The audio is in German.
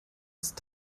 ist